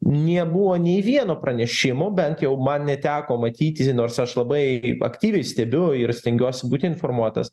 nebuvo nei vieno pranešimo bent jau man neteko matyti nors aš labai aktyviai stebiu ir stengiuosi būti informuotas